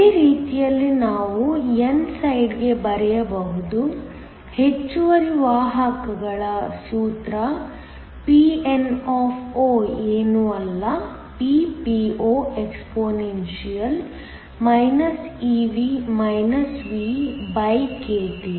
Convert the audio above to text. ಅದೇ ರೀತಿಯಲ್ಲಿ ನಾವು n ಸೈಡ್ಗೆ ಬರೆಯಬಹುದು ಹೆಚ್ಚುವರಿ ವಾಹಕಗಳ ಸೂತ್ರ Pn ಏನೂ ಅಲ್ಲ Ppoexp eV VkT